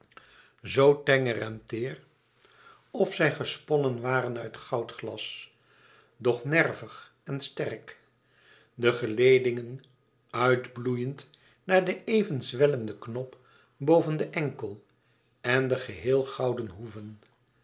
zoo tenger en teêr of zij gesponnen waren uit goudglas toch nervig en sterk de geledingen uit bloeiend naar den even zwellenden knop boven den enkel en de geheel gouden hoeven